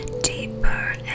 Deeper